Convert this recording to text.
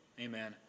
amen